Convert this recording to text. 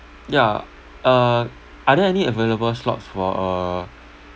yeah uh are there any available slots for uh